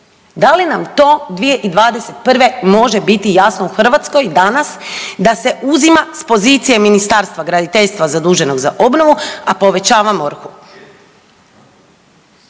Da li nam to 2021. može biti jasno u Hrvatskoj danas, da se uzima s pozicije Ministarstva graditeljstva zaduženog za obnovu, a povećavamo